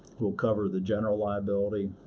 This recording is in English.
will cover the general liability,